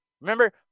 remember